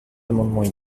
amendements